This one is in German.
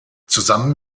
zusammen